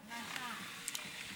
תראה מה השעה.